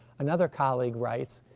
another colleague writes,